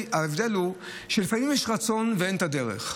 ההבדל הוא שלפעמים יש רצון ואין את הדרך.